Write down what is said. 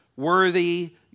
worthy